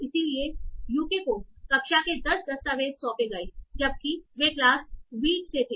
इसलिए यूके को कक्षा के 10 दस्तावेज सौंपे गए जबकि वे क्लास wheat से थे